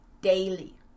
daily